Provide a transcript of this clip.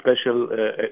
special